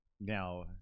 Now